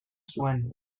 zuen